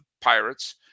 Pirates